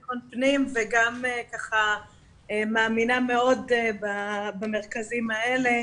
גם נציגת המשרד לבטחון פנים וגם מאמינה מאוד במרכזים האלה.